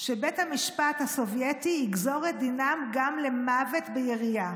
שבית המשפט הסובייטי יגזור את דינם למוות בירייה.